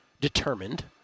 determined